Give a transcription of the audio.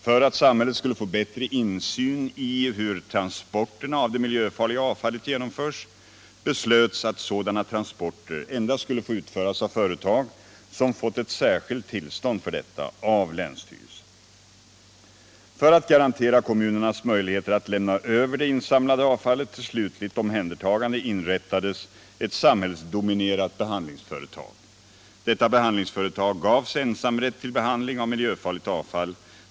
För att samhället skulle få bättre insyn i hur transporterna av det miljöfarliga avfallet genomförs beslöts att sådana transporter endast skulle få utföras av företag som fått särskilt tillstånd för detta av länsstyrelsen. För att garantera kommunernas möjligheter att lämna över det insamlade avfallet till slutligt omhändertagande inrättades ett samhällsdominerat behandlingsföretag. Detta behandlingsföretag gavs ensamrätt till behandling av miljöfarligt avfall.